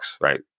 right